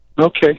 Okay